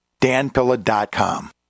danpilla.com